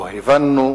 לא הבנו,